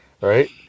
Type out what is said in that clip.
right